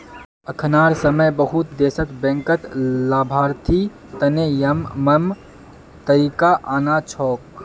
अखनार समय बहुत देशत बैंकत लाभार्थी तने यममन तरीका आना छोक